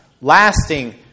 lasting